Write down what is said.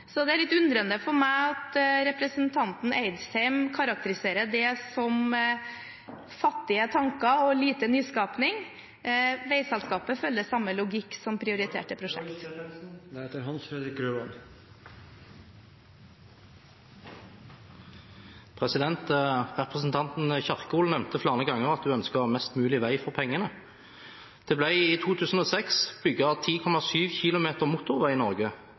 så det er litt underlig for meg at representanten Eidsheim karakteriserer det som fattige tanker og lite nyskaping. Veiselskapet følger samme logikk som for prioriterte prosjekter. Representanten Kjerkol nevnte flere ganger at hun ønsket mest mulig vei for pengene. Det ble i 2006 bygd 10,7 km motorvei i Norge.